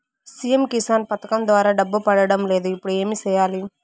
CM Kisan పథకం ద్వారా డబ్బు పడడం లేదు ఇప్పుడు ఏమి సేయాలి